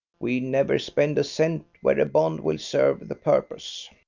we never spend a cent where a bond will serve the purpose.